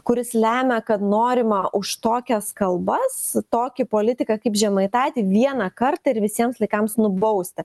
kuris lemia kad norima už tokias kalbas tokį politiką kaip žemaitaitį vieną kartą ir visiems laikams nubausti